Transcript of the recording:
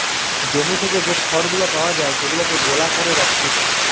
জমি থেকে যে খড় গুলা পাওয়া যায় সেগুলাকে গলা করে রাখতিছে